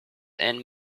and